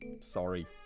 sorry